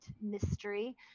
mystery